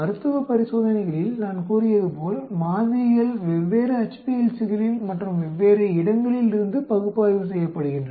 மருத்துவ பரிசோதனைகளில் நான் கூறியது போல் மாதிரிகள் வெவ்வேறு HPLC களில் மற்றும் வெவ்வேறு இடங்களிலிருந்து பகுப்பாய்வு செய்யப்படுகின்றன